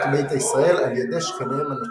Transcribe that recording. ביתא ישראל על ידי שכניהם הנוצרים.